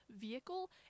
vehicle